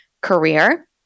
career